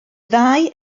ddau